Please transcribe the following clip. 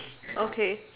okay